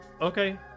okay